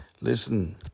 listen